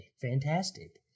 Fantastic